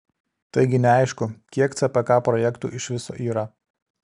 taigi neaišku kiek cpk projektų iš viso yra